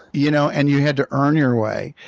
you know and you had to earn your way.